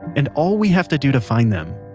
and all we have to do to find them,